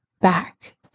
back